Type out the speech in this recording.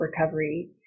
recovery